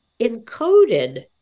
encoded